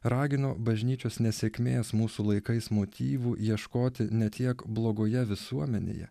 ragino bažnyčios nesėkmės mūsų laikais motyvų ieškoti ne tiek blogoje visuomenėje